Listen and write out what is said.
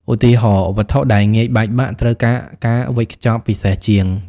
ឧទាហរណ៍ វត្ថុដែលងាយបែកបាក់ត្រូវការការវេចខ្ចប់ពិសេសជាង។